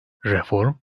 reform